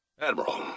Admiral